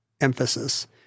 emphasis